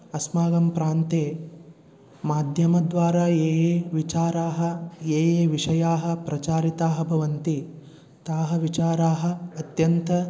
अस्माकं प्रान्ते माध्यमद्वारा ये ये विचाराः ये ये विषयाः प्रचारिताः भवन्ति ते विचाराः अत्यन्तं